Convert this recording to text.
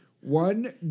one